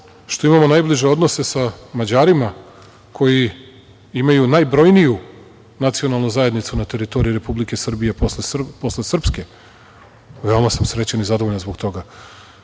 što imamo najbliže odnose sa Mađarima koji imaju najbrojniju nacionalnu zajednicu na teritoriji Republike Srbije posle Srpske, veoma sam srećan i zadovoljan zbog toga.